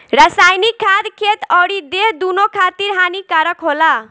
रासायनिक खाद खेत अउरी देह दूनो खातिर हानिकारक होला